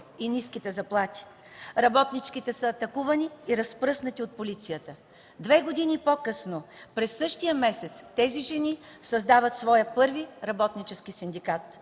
и ниските заплати. Работничките са атакувани и разпръснати от полицията. Две години по-късно през същия месец тези жени създават своя първи работнически синдикат.